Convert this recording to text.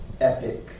epic